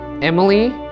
Emily